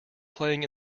playing